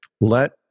Let